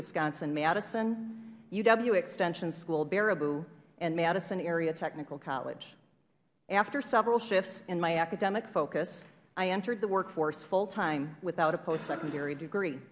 wisconsin madison uw extension school baraboo and madison area technical college after several shifts in my academic focus i entered the workforce full time without a post secondary degree